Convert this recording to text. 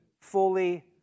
fully